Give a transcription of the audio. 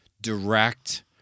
direct